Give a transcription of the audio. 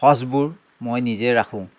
সঁচবোৰ মই নিজে ৰাখোঁ